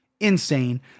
Insane